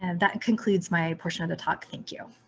and that concludes my portion of the talk. thank you.